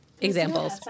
Examples